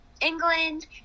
England